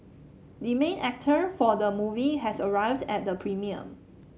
the main actor for the movie has arrived at the premiere